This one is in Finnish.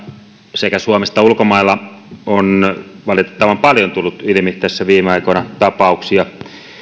sekä suomessa että ulkomailla on valitettavan paljon tullut ilmi viime aikoina tapauksia